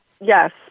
yes